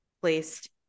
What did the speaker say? placed